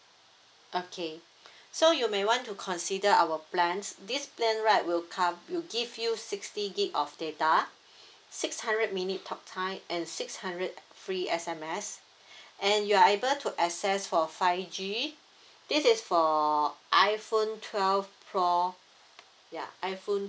okay so you may want to consider our plans this plan right will cover give you sixty gig of data six hundred minute talk time and six hundred free S_M_S and you are able to access for five G this is for iphone twelve pro ya iphone